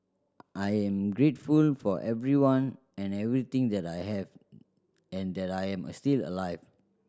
I am grateful for everyone and everything that I have and that I am still alive